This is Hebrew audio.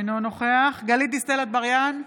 אינו נוכח גלית דיסטל אטבריאן,